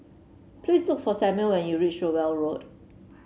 please look for Samuel when you reach Rowell Road